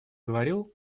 говорил